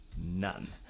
None